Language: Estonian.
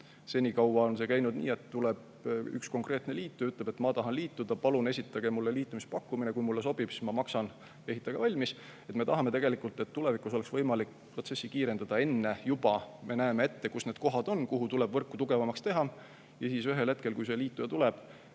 Senikaua on see käinud nii, et tuleb üks konkreetne liit ja ütleb: "Ma tahan liituda. Palun esitage mulle liitumispakkumine, kui mulle sobib, siis ma maksan, ehitage valmis." Me tahame tegelikult, et tulevikus oleks võimalik protsessi kiirendada. Juba enne me näeme ette, kus need kohad on, kus tuleb võrku tugevamaks teha, ja siis ühel hetkel, kui liituja tuleb,